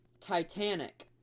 Titanic